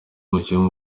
umukinnyi